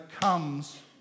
comes